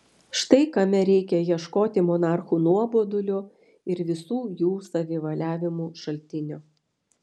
štai kame reikia ieškoti monarchų nuobodulio ir visų jų savivaliavimų šaltinio